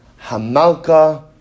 Hamalka